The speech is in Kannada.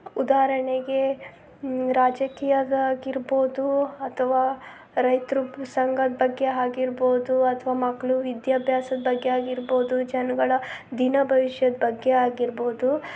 ಉದಾಹರಣೆಗೆ ರಾಜಕೀಯದಾಗಿರ್ಬೋದು ಅಥವಾ ರೈತ್ರ ಸಂಘದ ಬಗ್ಗೆ ಆಗಿರ್ಬೋದು ಅಥ್ವಾ ಮಕ್ಳ ವಿದ್ಯಾಭ್ಯಾಸದ ಬಗ್ಗೆ ಆಗಿರ್ಬೋದು ಜನಗಳ ದಿನಭವಿಷ್ಯದ ಬಗ್ಗೆ ಆಗಿರ್ಬೋದು